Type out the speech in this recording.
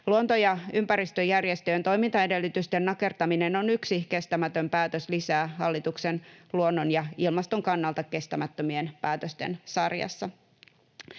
Luonto- ja ympäristöjärjestöjen toimintaedellytysten nakertaminen on yksi kestämätön päätös lisää hallituksen luonnon ja ilmaston kannalta kestämättömien päätösten sarjassa.